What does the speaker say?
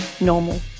normal